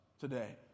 today